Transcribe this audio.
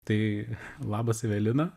tai labas evelina